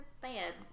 bad